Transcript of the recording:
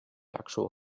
actual